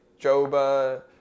Joba